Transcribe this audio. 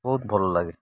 ବହୁତ ଭଲ ଲାଗେ